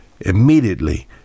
immediately